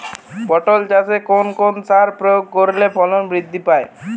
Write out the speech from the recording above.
পটল চাষে কোন কোন সার প্রয়োগ করলে ফলন বৃদ্ধি পায়?